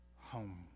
home